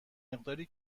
مقداری